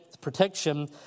protection